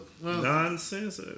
Nonsense